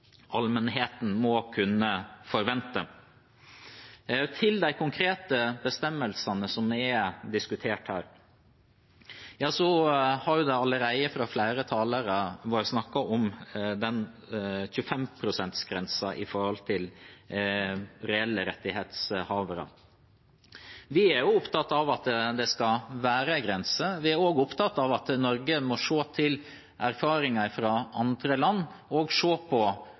allmennheten må kunne forvente. Til de konkrete bestemmelsene som er diskutert her: Det har allerede fra flere talere vært snakket om 25 pst.-grensen opp mot reelle rettighetshavere. Vi er også opptatt av at det skal være en grense. Vi er også opptatt av at Norge må se til erfaringer fra andre land og utrede en reduksjon av den grensen, slik at en kommer på